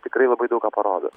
tikrai labai daug ką parodo